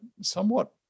somewhat